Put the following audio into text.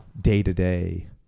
day-to-day